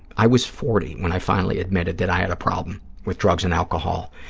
i was forty when i finally admitted that i had a problem with drugs and alcohol,